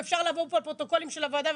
ואפשר לעבור בפרוטוקולים של הוועדה,